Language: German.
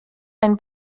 ein